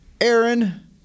Aaron